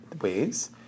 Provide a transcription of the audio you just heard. ways